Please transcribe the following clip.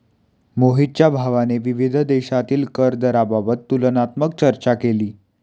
मोहितच्या भावाने विविध देशांतील कर दराबाबत तुलनात्मक चर्चा केली